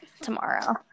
tomorrow